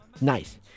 nice